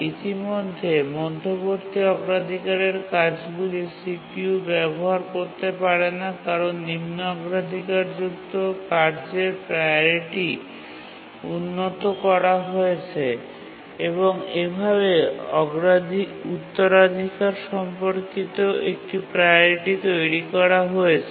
ইতিমধ্যে মধ্যবর্তী অগ্রাধিকারের কাজগুলি CPU ব্যবহার করতে পারে না কারণ নিম্ন অগ্রাধিকারযুক্ত কার্যের প্রাওরিটি উন্নত করা হয়েছে এবং এভাবে উত্তরাধিকার সম্পর্কিত একটি প্রাওরিটি তৈরি করা হয়েছে